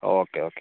okay okay